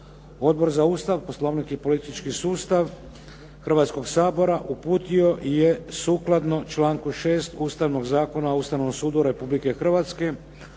Odbor za Ustav, Poslovnik i politički sustav Hrvatskoga sabora uputio je, sukladno članku 6. Ustavnog zakona o Ustavnom sudu Republike Hrvatske,